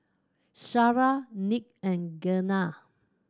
Shara Nick and Gena